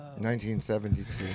1972